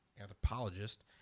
Anthropologist